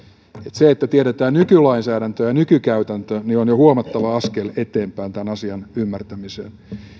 se että tiedetään nykylainsäädäntö ja nykykäytäntö on jo huomattava askel eteenpäin tämän asian ymmärtämisessä